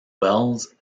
wells